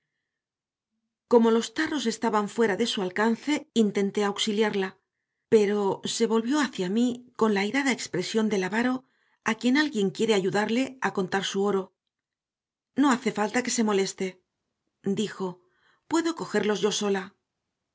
como los tarros estaban fuera de su alcance intenté auxiliarla pero se volvió hacia mí con la airada expresión del avaro a quien alguien quiere ayudarle a contar su oro no hace falta que se moleste dijo puedo cogerlos yo sola